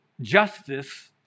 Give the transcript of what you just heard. justice